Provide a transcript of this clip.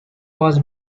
was